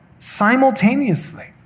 Simultaneously